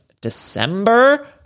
December